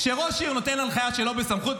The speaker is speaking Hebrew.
כשראש עיר נותן הנחיה שלא בסמכות,